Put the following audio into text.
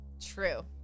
True